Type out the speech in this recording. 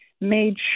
made